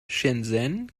shenzhen